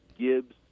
Gibbs